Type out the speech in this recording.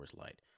Light